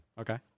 Okay